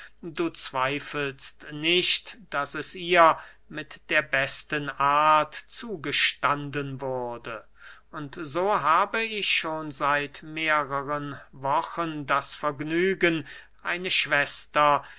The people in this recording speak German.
du zweifelst nicht daß es ihr mit der besten art zugestanden wurde und so habe ich schon seit mehreren wochen das vergnügen eine schwester